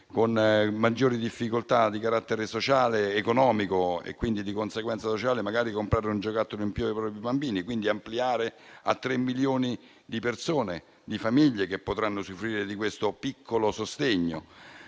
con maggiori difficoltà di carattere economico e di conseguenza sociale di comprare un giocattolo in più ai propri bambini. Quindi, si amplia la misura a tre milioni di persone, di famiglie che potranno usufruire di questo piccolo sostegno.